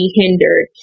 hindered